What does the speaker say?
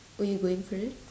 are you going for it